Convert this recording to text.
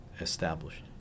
established